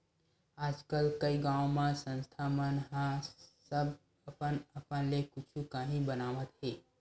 आजकल कइ गाँव म संस्था मन ह सब अपन अपन ले कुछु काही बनावत हे